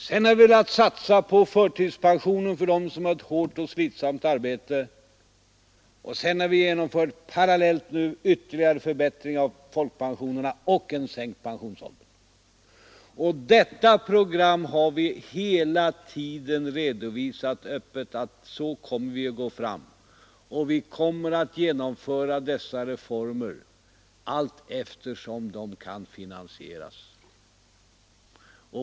Sedan har vi velat satsa på förtidspension för dem som har ett hårt och slitsamt arbete, och sedan har vi parallellt med detta genomfört ytterligare förbättringar av folkpensionerna och en sänkt pensionsålder. Vi har hela tiden öppet redovisat att så kommer vi att gå fram. Vi kommer att genomföra dessa reformer allteftersom de kan finansieras.